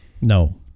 No